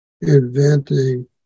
inventing